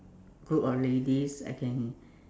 group of ladies I can